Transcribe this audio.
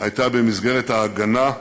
הייתה במסגרת "ההגנה"